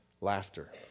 Laughter